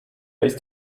ist